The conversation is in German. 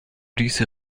diese